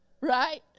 right